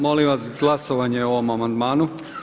Molim vas glasovanje o ovom amandmanu.